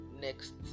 next